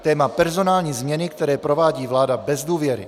Téma: Personální změny, které provádí vláda bez důvěry.